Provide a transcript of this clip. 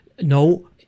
No